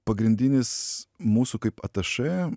pagrindinis mūsų kaip atašė